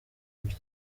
gutya